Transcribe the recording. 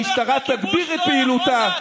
מי שתומך בכיבוש לא יכול להטיף מוסר.